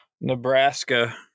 nebraska